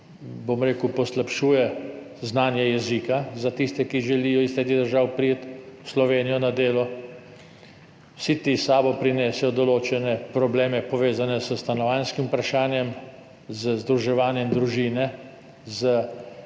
bom rekel, poslabšuje znanje jezika za tiste, ki želijo iz tretjih držav priti v Slovenijo na delo. Vsi ti s sabo prinesejo določene probleme, povezane s stanovanjskim vprašanjem, z združevanjem družine,